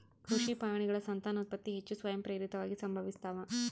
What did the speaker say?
ಕೃಷಿ ಪ್ರಾಣಿಗಳ ಸಂತಾನೋತ್ಪತ್ತಿ ಹೆಚ್ಚು ಸ್ವಯಂಪ್ರೇರಿತವಾಗಿ ಸಂಭವಿಸ್ತಾವ